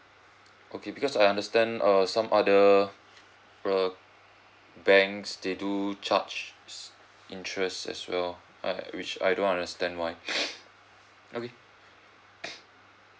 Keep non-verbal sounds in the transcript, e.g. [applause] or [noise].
okay because I understand err some other uh banks they do charge interest as well I which I don't understand why [noise] okay